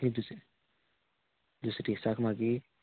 मागी दुसरें दुसऱ्या दिसाक मागी